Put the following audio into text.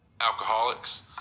alcoholics